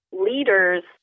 leaders